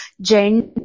gender